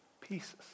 pieces